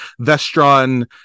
vestron